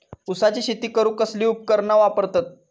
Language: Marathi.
ऊसाची शेती करूक कसली उपकरणा वापरतत?